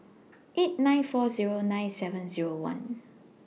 eight nine four Zero nine seven Zero one